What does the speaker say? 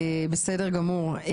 בסדר גמור.